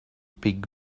big